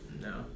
No